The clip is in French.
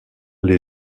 les